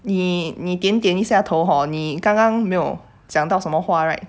你你点点一下头 hor 你刚刚没有讲到什么话 right